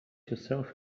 yourself